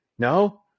No